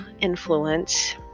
influence